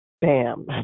Bam